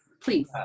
please